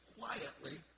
quietly